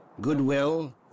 goodwill